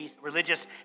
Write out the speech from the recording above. religious